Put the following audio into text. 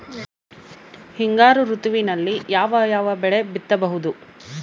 ಹಿಂಗಾರು ಋತುವಿನಲ್ಲಿ ಯಾವ ಯಾವ ಬೆಳೆ ಬಿತ್ತಬಹುದು?